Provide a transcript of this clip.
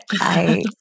I-